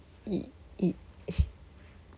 it it